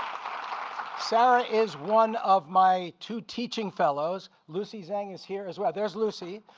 sara is one of my two teaching fellows. lucy zhang is here, as well. there's lucy.